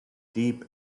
deep